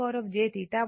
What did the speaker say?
అంటే ఇది V1 ఇది V2